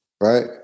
Right